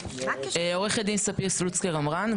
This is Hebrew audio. עורכת דין ספיר סלוצקר עמראן,